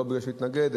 לא בגלל שהוא התנגד,